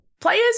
Players